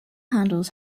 handles